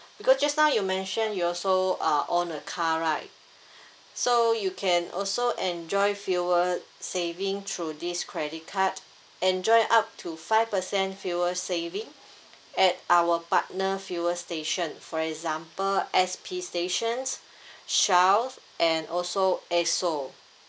because just now you mentioned you also uh own a car right so you can also enjoy fuel saving through this credit card enjoy up to five percent fuel saving at our partner fuel station for example S_P stations shell and also esso